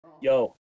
Yo